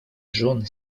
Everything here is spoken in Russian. жен